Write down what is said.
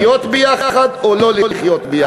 לחיות ביחד או לא לחיות ביחד?